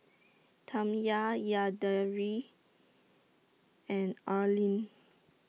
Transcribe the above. Tamya Yadira and Arlyne